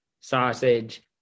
sausage